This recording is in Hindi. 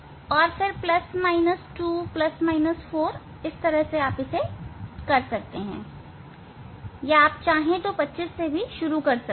और फिर प्लस माइनस 2 प्लस माइनस 4 इस तरह से आप कर सकते हैं और आप चाहे तो 25 से शुरू कर सकते हैं